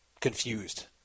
confused